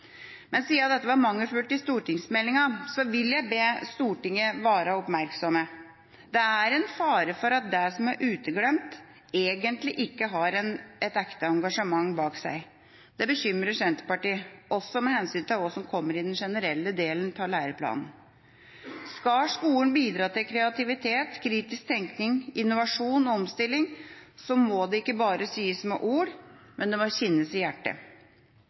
men siden dette var mangelfullt i stortingsmeldinga, vil jeg be Stortinget være oppmerksomme. Det er en fare for at det som er uteglemt, egentlig ikke har et ekte engasjement bak seg. Det bekymrer Senterpartiet – også med hensyn til hva som kommer i den generelle delen av læreplanen. Skal skolen bidra til kreativitet, kritisk tenkning, innovasjon og omstilling, må det ikke bare sies med ord, men det må kjennes i hjertet.